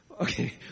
Okay